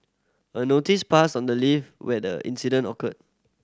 a notice pasted on the lift where the incident occurred